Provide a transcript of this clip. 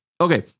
Okay